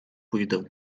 pójdę